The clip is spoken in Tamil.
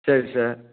சரி சார்